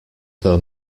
though